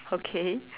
okay